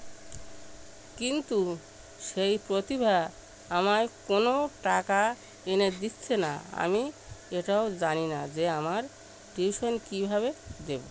কিন্তু সেই প্রতিভা আমায় কোনও টাকা এনে দিচ্ছে না আমি এটাও জানি না যে আমার টিউশন কীভাবে দেবো